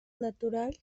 natural